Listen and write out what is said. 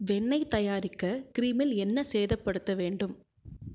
வெண்ணெய் தயாரிக்க கிரீமில் என்ன சேதப்படுத்த வேண்டும்